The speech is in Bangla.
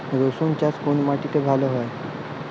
রুসুন চাষ কোন মাটিতে ভালো হয়?